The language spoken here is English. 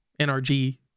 NRG